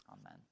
Amen